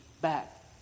back